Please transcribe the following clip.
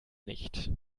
nicht